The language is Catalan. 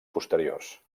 posteriors